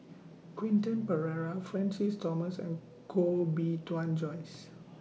Quentin Pereira Francis Thomas and Koh Bee Tuan Joyce